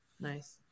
Nice